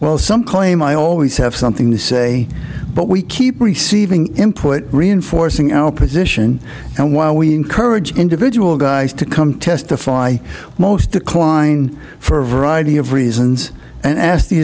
well some claim i always have something to say but we keep receiving input reinforcing our position and while we encourage individual guys to come testify most decline for a variety of reasons and ask the